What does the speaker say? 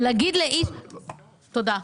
תודה.